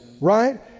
Right